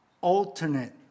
alternate